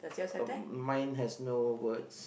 uh mine has no words